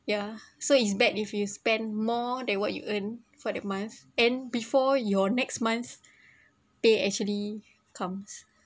yeah so it's bad if you spend more than what you earn for that month and before your next month pay actually comes